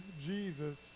Jesus